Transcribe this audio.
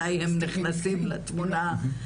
מתי הם נכנסים לתמונה.